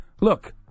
Look